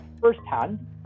firsthand